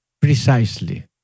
precisely